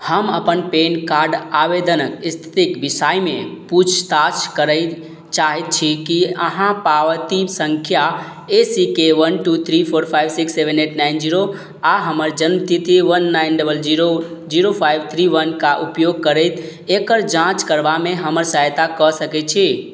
हम अपन PAN card आवेदनके इस्थितिके विषयमे पूछताछ करै चाहै छी कि अहाँ पावती सँख्या A C K one two three four five six seven eight nine zero आओर हमर जनमतिथि one nine double zero zero five three वनके उपयोग करैत एकर जाँच करबामे हमर सहायता कऽ सकै छी